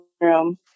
room